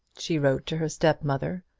she wrote to her step-mother,